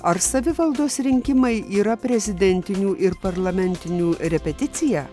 ar savivaldos rinkimai yra prezidentinių ir parlamentinių repeticija